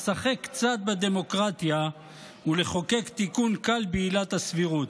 לשחק קצת בדמוקרטיה ולחוקק תיקון קל בעילת הסבירות.